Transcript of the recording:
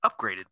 upgraded